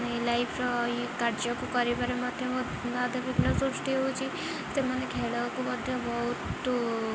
ଲାଇଫ୍ରେ କାର୍ଯ୍ୟକୁ କରିବାରେ ମଧ୍ୟ ବହୁତ ବାଧାବିଘ୍ନ ସୃଷ୍ଟି ହେଉଛି ସେମାନେ ଖେଳକୁ ମଧ୍ୟ ବହୁତ